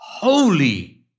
Holy